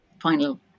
final